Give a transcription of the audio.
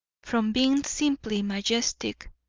from being simply majestic,